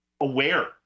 aware